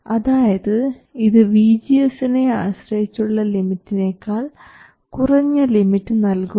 അതായത് ഇത് VGS നെ ആശ്രയിച്ചുള്ള ലിമിറ്റിനേക്കാൾ കുറഞ്ഞ ലിമിറ്റ് നൽകുന്നു